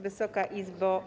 Wysoka Izbo!